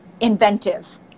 inventive